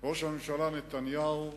ראש הממשלה נתניהו,